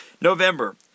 November